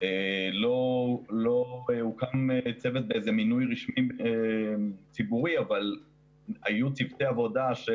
לא הוקם צוות במינוי רשמי ציבורי אבל היו צוותי עבודה של